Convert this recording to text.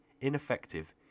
ineffective